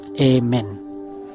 amen